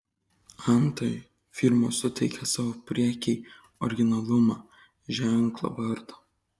antai firmos suteikia savo prekei originalumą ženklą vardą